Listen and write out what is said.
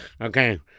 okay